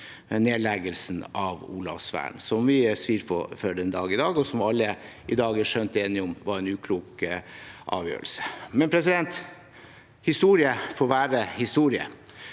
nedleggelsen av Olavsvern, som vi får svi for den dag i dag, og som alle i dag er skjønt enige om var en uklok avgjørelse. Men historie får være historie.